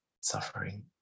suffering